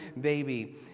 baby